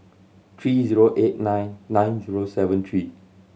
three zero eight nine nine zero seven three